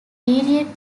period